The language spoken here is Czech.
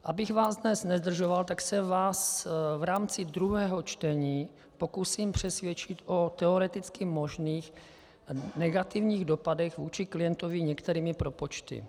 Abych vás dnes nezdržoval, tak se vás v rámci druhého čtení pokusím přesvědčit o teoreticky možných negativních dopadech vůči klientovi některými propočty.